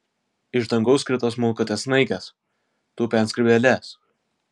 iš dangaus krito smulkutės snaigės tūpė ant skrybėlės